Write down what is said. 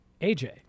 AJ